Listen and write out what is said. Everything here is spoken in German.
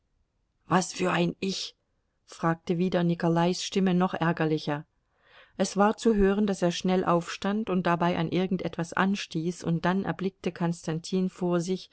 was für ein ich fragte wieder nikolais stimme noch ärgerlicher es war zu hören daß er schnell aufstand und dabei an irgend etwas anstieß und dann erblickte konstantin vor sich